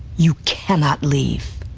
you cannot leave.